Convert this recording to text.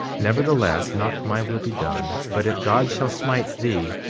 nevertheless, not my will be done but if god shall smite thee,